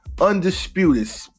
undisputed